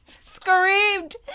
screamed